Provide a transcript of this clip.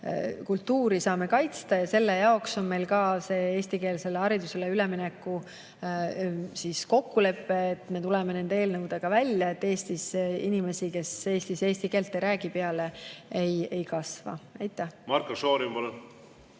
kultuuri saame kaitsta. Selle jaoks on meil ka see eestikeelsele haridusele ülemineku kokkulepe. Me tuleme nende eelnõudega välja, et Eestis inimesi, kes eesti keelt ei räägi, peale ei kasvaks. Marko Šorin,